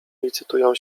licytują